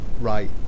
right